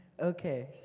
okay